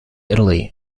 italy